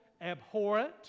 abhorrent